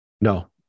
No